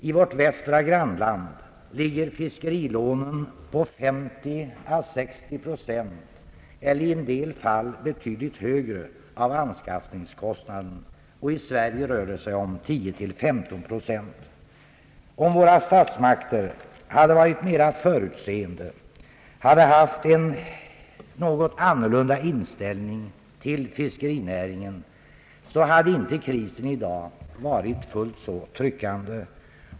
I vårt västra grannland ligger fiskerilånen på 50 å 60 procent av anskaffningskostnaden — i en del fall betydligt högre — och i Sverige på 10 å 15 procent. Om våra statsmakter hade varit mera förutseende och haft en annan inställning till fiskerinäringen, skulle krisen i dag inte ha varit fullt så tryckande.